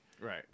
Right